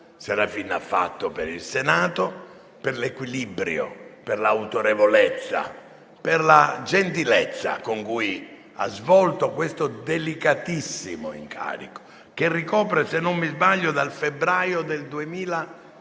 Serafin ha fatto per il Senato, per l'equilibrio, l'autorevolezza e la gentilezza con cui ha svolto questo delicatissimo incarico, che ricopre, se non mi sbaglio, dal febbraio del 2011